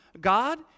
God